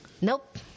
Nope